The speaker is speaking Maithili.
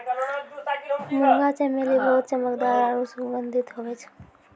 मुंगा चमेली बहुत चमकदार आरु सुगंधित हुवै छै